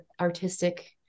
artistic